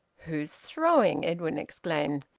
who's throwing? edwin exclaimed.